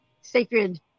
sacred